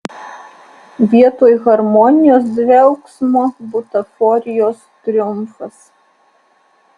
vietoj harmonijos dvelksmo butaforijos triumfas